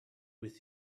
with